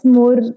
more